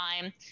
time